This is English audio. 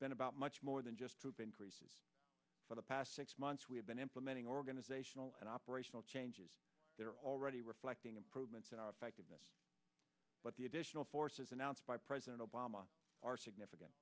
been about much more than just tube increases for the past six months we have been implementing organizational and operational changes they're already reflecting improvements in our effectiveness but the additional forces announced by president obama are significant